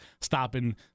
stopping